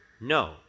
No